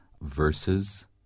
verses